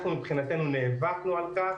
אנחנו מבחינתנו נאבקנו על כך,